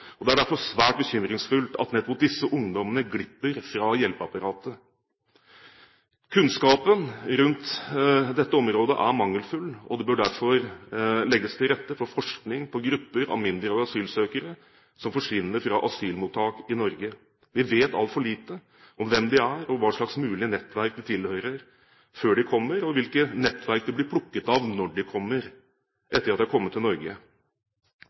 Det er derfor svært bekymringsfullt at nettopp disse ungdommene glipper for hjelpeapparatet. Kunnskapen på dette området er mangelfull, og det bør derfor legges til rette for forskning på gruppen mindreårige asylsøkere som forsvinner fra asylmottak i Norge. Vi vet altfor lite om hvem de er, hva slags mulige nettverk de tilhører før de kommer, og hvilke nettverk de blir plukket opp av når de kommer – etter at de har kommet til Norge.